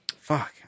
Fuck